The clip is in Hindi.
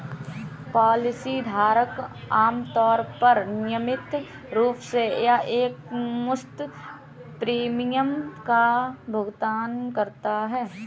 पॉलिसी धारक आमतौर पर नियमित रूप से या एकमुश्त प्रीमियम का भुगतान करता है